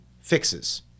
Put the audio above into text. fixes